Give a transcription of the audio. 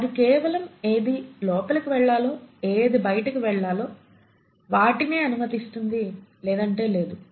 అది కేవలం ఏది లోపలికి వెళ్లాలో ఏది బయటకి వెళ్లాలో వాటినే అనుమతిస్తుంది లేదంటే లేదు